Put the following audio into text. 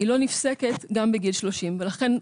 היא לא נפסקת גם בגיל 30. ולכן,